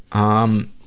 um,